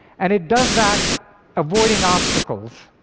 and it does that avoiding obstacles.